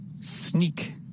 Sneak